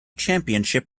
championship